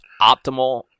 Optimal